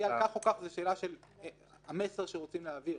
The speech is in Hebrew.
כך או כך זו השאלה של המסר שרוצים להעביר.